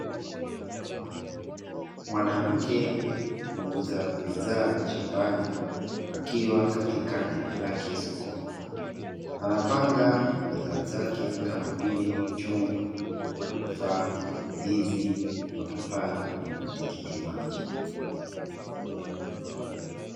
Mwanamke muuza bidhaa za shambani akiwa katika genge lake sokoni anapanga bidhaa zake kama vile machungwa, matofaa, ndizi, mapapai na matikiti maji.